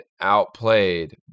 outplayed